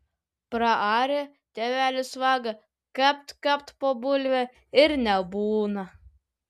praarė tėvelis vagą kapt kapt po bulvę ir nebūna